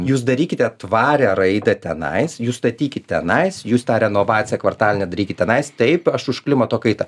jūs darykite tvarią raidą tenai jūs statykit tenai jus tą renovaciją kvartalinę darykit tenai taip aš už klimato kaitą